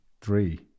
three